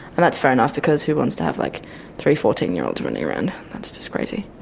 and that's fair enough because who wants to have like three fourteen year olds running around? that's just crazy.